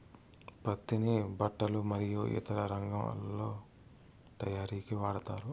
పత్తిని బట్టలు మరియు ఇతర రంగాలలో తయారీకి వాడతారు